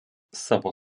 savo